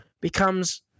becomes